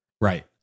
Right